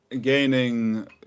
gaining